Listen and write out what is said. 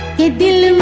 he'd been